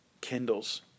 kindles